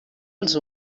els